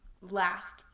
last